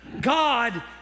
God